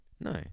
No